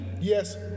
yes